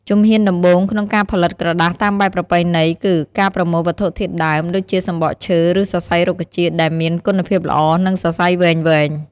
ជំហានដំបូង ក្នុងការផលិតក្រដាសតាមបែបប្រពៃណីគឺ ការប្រមូលវត្ថុធាតុដើម ដូចជាសំបកឈើ ឬសរសៃរុក្ខជាតិ ដែលមាន គុណភាពល្អ និងសរសៃវែងៗ។